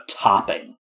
topping